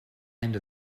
end